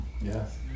Yes